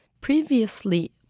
previously